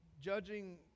judging